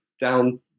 down